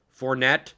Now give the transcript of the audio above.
Fournette